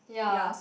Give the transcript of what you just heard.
ya